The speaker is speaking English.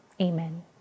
amen